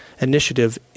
initiative